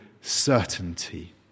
certainty